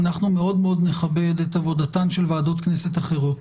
אנחנו מאוד מאוד נכבד את עבודתן של ועדות כנסת אחרות.